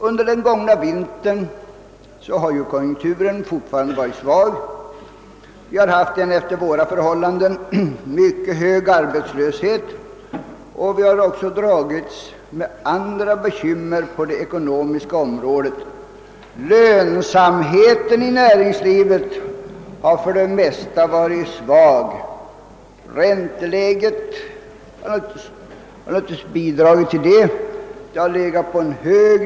Under den gångna vintern har konjunkturen fortfarande varit svag, och vi har haft en efter våra förhållanden mycket hög arbetslöshet. Vi har också dragits med andra bekymmer på det ekonomiska området. Lönsamheten i näringslivet har för det mesta varit svag; naturligtvis har det höga ränteläget bidragit härtill.